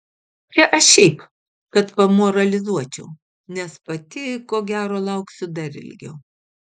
čia aš šiaip kad pamoralizuočiau nes pati ko gero lauksiu dar ilgiau